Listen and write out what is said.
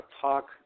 talk